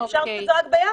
אפשר לעשות את זה רק ביחד.